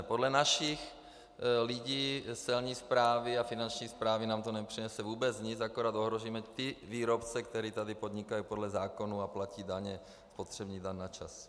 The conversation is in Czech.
Podle našich lidí z Celní správy a Finanční správy nám to nepřinese vůbec nic, akorát ohrozíme ty výrobce, kteří tady podnikají podle zákonů a platí daně, spotřební daň, včas.